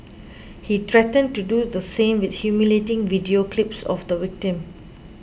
he threatened to do the same with humiliating video clips of the victim